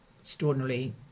extraordinarily